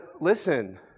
listen